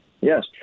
Yes